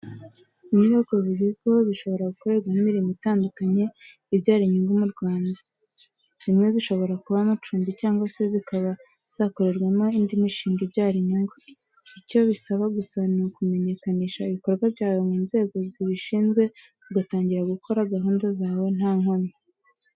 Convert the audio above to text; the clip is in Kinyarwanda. Inyubako zigezweho zishobora gukorerwamo imirimo itandukanye ibyara inyungu mu Rwanda. Zimwe zishobora kuba amacumbi cyangwa se zikaba zakorerwamo indi mishinga ibyara inyungu. Icyo bisaba gusa ni ukumenyekanisha ibikorwa byawe mu nzego zibishinzwe ugatangira gukora gahunda zawe nta nkomyi.